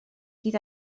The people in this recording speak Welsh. hyd